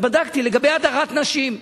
אז בדקתי לגבי הדרת נשים,